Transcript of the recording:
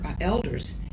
elders